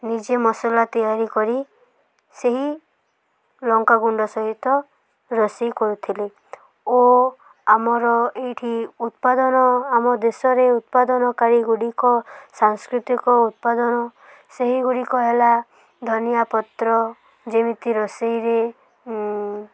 ନିଜେ ମସଲା ତିଆରି କରି ସେହି ଲଙ୍କା ଗୁଣ୍ଡ ସହିତ ରୋଷେଇ କରୁଥିଲେ ଓ ଆମର ଏଇଠି ଉତ୍ପାଦନ ଆମ ଦେଶରେ ଉତ୍ପାଦନକାରୀଗୁଡ଼ିକ ସାଂସ୍କୃତିକ ଉତ୍ପାଦନ ସେହିଗୁଡ଼ିକ ହେଲା ଧନିଆ ପତ୍ର ଯେମିତି ରୋଷେଇରେ